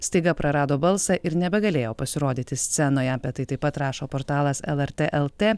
staiga prarado balsą ir nebegalėjo pasirodyti scenoje apie tai taip pat rašo portalas lrt lt